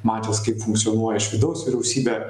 matęs kaip funkcionuoja iš vidaus vyriausybė